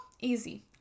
easy